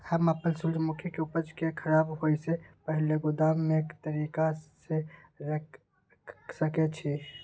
हम अपन सूर्यमुखी के उपज के खराब होयसे पहिले गोदाम में के तरीका से रयख सके छी?